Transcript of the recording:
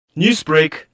Newsbreak